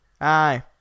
Aye